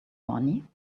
money